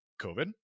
COVID